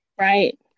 right